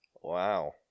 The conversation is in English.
Wow